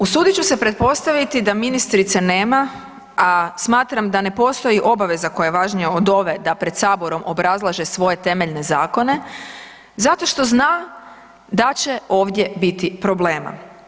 Usudit ću se pretpostaviti da ministrice nema a smatram da ne postoji obaveza koja je važnija od ove da pred Saborom obrazlaže svoje temeljne zakone, zato što zna da će ovdje biti problema.